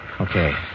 Okay